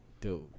dude